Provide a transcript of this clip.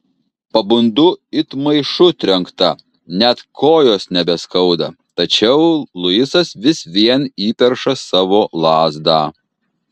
pabundu it maišu trenkta net kojos nebeskauda tačiau luisas vis vien įperša savo lazdą